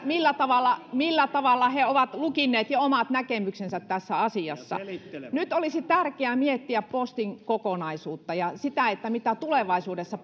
millä tavalla millä tavalla he ovat jo lukinneet omat näkemyksensä tässä asiassa nyt olisi tärkeää miettiä postin kokonaisuutta ja sitä mitä tulevaisuudessa